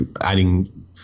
adding